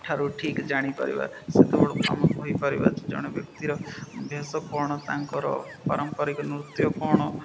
ଠାରୁ ଠିକ୍ ଜାଣିପାରିବା ସେତେବେଳୁ ଆମେ କହିପାରିବା ଯେ ଜଣେ ବ୍ୟକ୍ତିର ଭାଷା କ'ଣ ତାଙ୍କର ପାରମ୍ପରିକ ନୃତ୍ୟ କ'ଣ